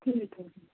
ਠੀਕ ਹੈ ਜੀ